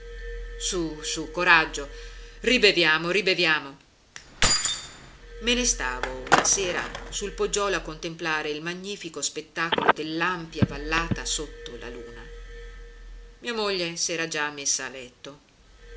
su su coraggio ribeviamo ribeviamo me ne stavo una sera sul poggiolo a contemplare il magnifico spettacolo dell'ampia vallata sotto la luna mia moglie s'era già messa a letto